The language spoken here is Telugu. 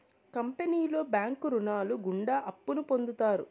కంపెనీలో బ్యాంకు రుణాలు గుండా అప్పును పొందుతారు